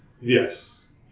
Yes